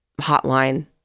Hotline